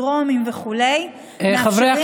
דרומים וכו' לאפשר להם,